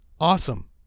Awesome